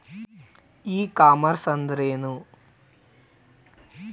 E commerce ಅಂದ್ರೇನು?